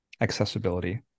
accessibility